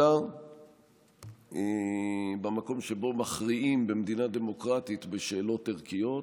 אלא במקום שבו מכריעים במדינה דמוקרטית בשאלות ערכיות,